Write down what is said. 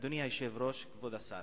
אדוני היושב-ראש, כבוד השר,